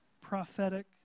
prophetic